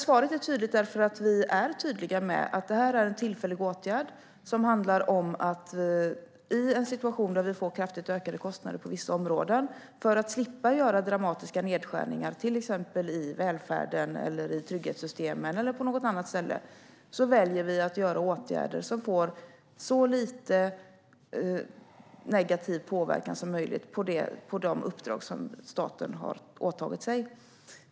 Svaret är tydligt därför att vi är tydliga med att detta är en tillfällig åtgärd som handlar om att vi för att slippa göra dramatiska nedskärningar till exempel i välfärden, trygghetssystemen eller på något annat ställe i en situation där vi får kraftigt ökade kostnader på vissa områden väljer att göra åtgärder som får så lite negativ påverkan som möjligt på de uppdrag som staten har åtagit sig.